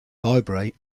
library